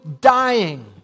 dying